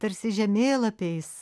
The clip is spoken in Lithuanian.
tarsi žemėlapiais